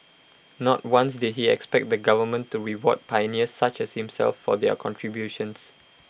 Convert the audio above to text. not once did he expect the government to reward pioneers such as himself for their contributions